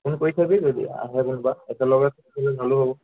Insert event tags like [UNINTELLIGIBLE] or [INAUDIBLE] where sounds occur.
phone কৰি চাৰি যদি আহে কোনোবা একেলগে [UNINTELLIGIBLE] ভালো হ'ব